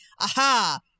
aha